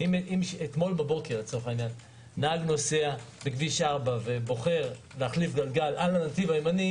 אתמול בבוקר נהג נוסע בכביש 4 ובוחר להחליף גלגל על הנתיב הימני.